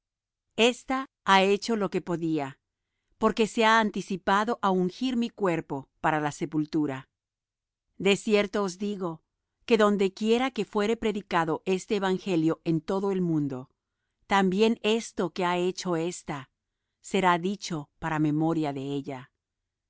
esta ha hecho lo que podía porque se ha anticipado á ungir mi cuerpo para la sepultura de cierto os digo que donde quiera que fuere predicado este evangelio en todo el mundo también esto que ha hecho ésta será dicho para memoria de ella